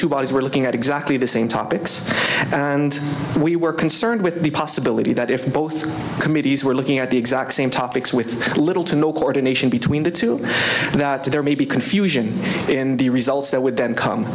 bodies were looking at exactly the same topics and we were concerned with the possibility that if both committees were looking at the exact same topics with little to no coordination between the two that there may be confusion in the results that would then come